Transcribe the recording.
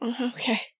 Okay